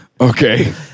Okay